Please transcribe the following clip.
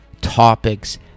topics